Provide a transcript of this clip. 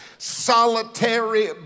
Solitary